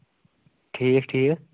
ٹھیٖک ٹھیٖک